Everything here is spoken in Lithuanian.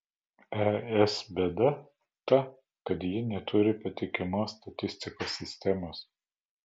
es bėda ta kad ji neturi patikimos statistikos sistemos